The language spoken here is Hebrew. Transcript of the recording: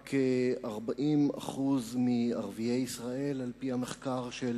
רק 40% מערביי ישראל, על-פי המחקר של